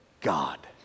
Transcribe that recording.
God